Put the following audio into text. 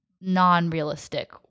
non-realistic